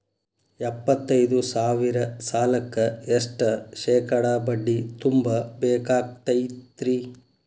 ಎಪ್ಪತ್ತೈದು ಸಾವಿರ ಸಾಲಕ್ಕ ಎಷ್ಟ ಶೇಕಡಾ ಬಡ್ಡಿ ತುಂಬ ಬೇಕಾಕ್ತೈತ್ರಿ?